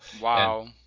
Wow